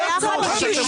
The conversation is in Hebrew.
לא היה צורך, הא?